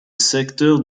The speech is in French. secteur